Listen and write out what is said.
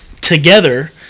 together